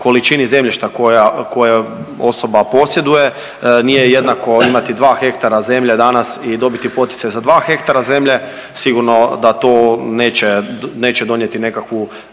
količini zemljišta koja osoba posjeduje. Nije jednako imati dva hektara zemlje danas i dobiti poticaj za dva hektara zemlje. Sigurno da to neće donijeti nekakvu